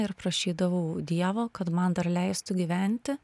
ir prašydavau dievo kad man dar leistų gyventi